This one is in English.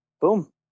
boom